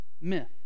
myth